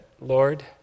Lord